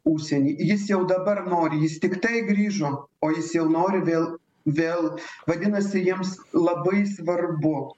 užsienį jis jau dabar nori jis tiktai grįžo o jis jau nori vėl vėl vadinasi jiems labai svarbu